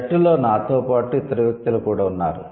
జట్టులో నాతో పాటు ఇతర వ్యక్తులు కూడా ఉన్నారు